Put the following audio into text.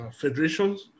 federations